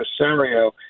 Rosario